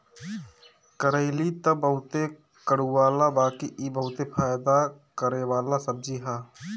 करइली तअ बहुते कड़ूआला बाकि इ बहुते फायदा करेवाला सब्जी हअ